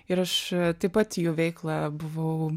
ir aš taip pat jų veiklą buvau